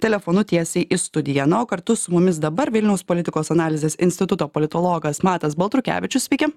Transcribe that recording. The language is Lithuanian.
telefonu tiesiai į studiją na o kartu su mumis dabar vilniaus politikos analizės instituto politologas matas baltrukevičius sveiki